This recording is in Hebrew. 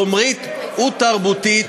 חומרית ותרבותית.